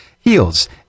heals